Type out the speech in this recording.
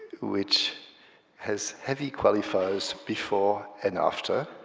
which has heavy qualifiers before and after.